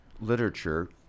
literature